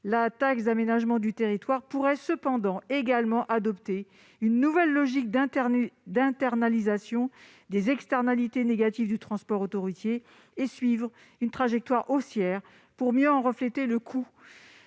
La taxe d'aménagement du territoire pourrait également adopter une nouvelle logique d'internalisation des externalités négatives du transport autoroutier, et suivre une trajectoire haussière pour mieux en refléter le coût